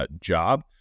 Job